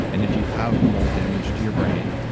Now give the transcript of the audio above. and if you have mold damage to your brain,